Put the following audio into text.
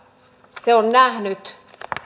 se on nähnyt